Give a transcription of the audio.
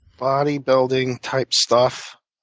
bodybuilding type stuff?